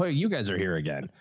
ah you guys are here again.